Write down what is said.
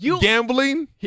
gambling